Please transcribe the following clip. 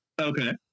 Okay